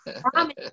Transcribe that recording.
promise